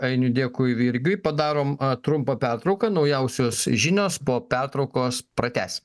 ainiui dėkui virgiui padarom trumpą pertrauką naujausios žinios po pertraukos pratęs